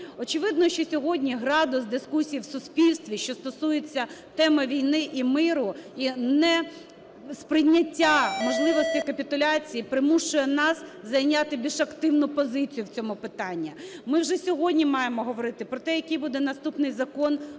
Очевидно, що сьогодні градус дискусії в суспільстві, що стосується теми війни і миру, і несприйняття можливостей капітуляції, примушує нас зайняти більш активну позицію в цьому питанні. Ми вже сьогодні маємо говорити про те, який буде наступний закон